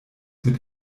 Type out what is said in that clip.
mit